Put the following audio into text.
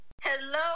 hello